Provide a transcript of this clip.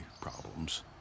problems